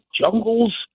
jungles